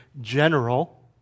general